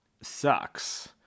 sucks